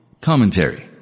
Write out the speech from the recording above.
Commentary